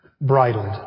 bridled